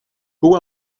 who